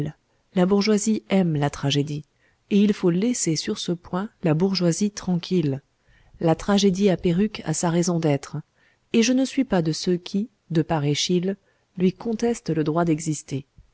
la bourgeoisie aime la tragédie et il faut laisser sur ce point la bourgeoisie tranquille la tragédie à perruque a sa raison d'être et je ne suis pas de ceux qui de par eschyle lui contestent le droit d'exister